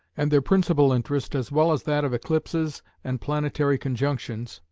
and their principal interest, as well as that of eclipses and planetary conjunctions,